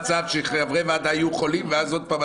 חזותית בענייני תכנון ובנייה (הוראת שעה,